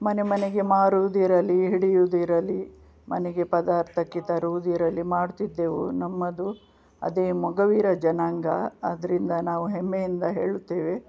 ಮನೆ ಮನೆಗೆ ಮಾರುವುದಿರಲಿ ಹಿಡಿಯುವುದಿರಲಿ ಮನೆಗೆ ಪದಾರ್ಥಕ್ಕೆ ತರುವುದಿರಲಿ ಮಾಡ್ತಿದ್ದೆವು ನಮ್ಮದು ಅದೇ ಮೊಗವೀರ ಜನಾಂಗ ಅದರಿಂದ ನಾವು ಹೆಮ್ಮೆಯಿಂದ ಹೇಳುತ್ತೇವೆ